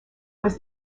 was